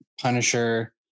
Punisher